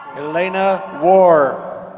elena wohr.